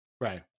right